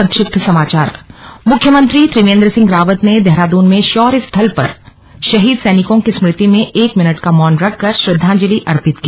संक्षिप्त समाचार मुख्यमंत्री त्रिवेन्द्र सिंह रावत ने देहराद्न में शौर्य स्थल पर पर शहीद सैनिकों की स्मृति में एक मिनट का मौन रख कर श्रद्वांजलि अर्पित की